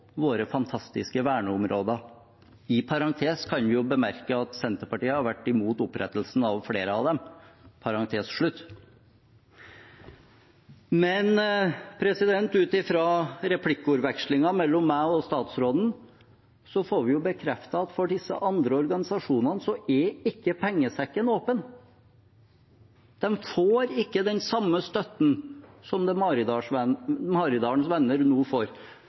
våre fantastiske verneområder. I parentes kan vi jo bemerke at Senterpartiet har vært imot opprettelsen av flere av dem. Men ut fra replikkordskiftet mellom statsråden og meg får vi bekreftet at for disse andre organisasjonene er ikke pengesekken åpen. De får ikke den samme støtten som det Maridalens Venner nå får.